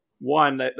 one